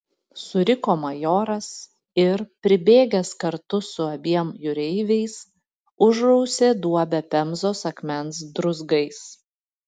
suriko majoras ir pribėgęs kartu su abiem jūreiviais užrausė duobę pemzos akmens druzgais